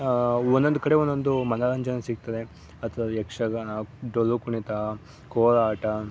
ಒಂದೊಂದು ಕಡೆ ಒಂದೊಂದು ಮನೋರಂಜನೆ ಸಿಗ್ತದೆ ಅಥ್ವಾ ಯಕ್ಷಗಾನ ಡೊಳ್ಳು ಕುಣಿತ ಕೋಲಾಟ